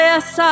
Yes